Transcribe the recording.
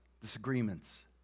Disagreements